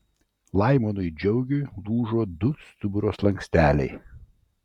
laimonui džiaugiui lūžo du stuburo slanksteliai